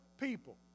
people